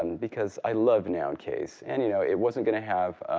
um because i love noun case. and you know it wasn't going to have